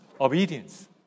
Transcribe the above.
obedience